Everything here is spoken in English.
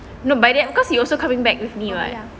no by then because you also coming back with me [what]